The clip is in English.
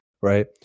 right